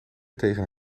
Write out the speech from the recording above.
tegen